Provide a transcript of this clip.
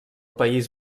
país